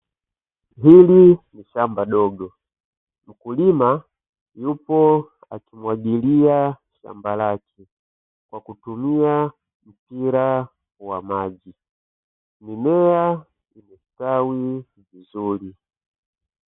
Hili ni shamba dogo, mkulima yupo akimwagilia shamba lake kwa kutumia mpira wa maji, mimea imestawi vizuri.